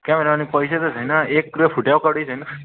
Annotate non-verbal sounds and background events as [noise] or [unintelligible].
[unintelligible] ल्याउने पैसा त छैन एक रुपियाँ फुटेको कौडी छैन